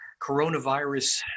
coronavirus